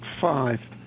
five